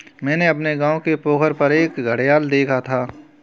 मैंने अपने गांव के पोखर पर एक घड़ियाल देखा था